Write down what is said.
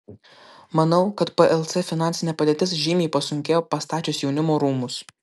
manau kad plc finansinė padėtis žymiai pasunkėjo pastačius jaunimo rūmus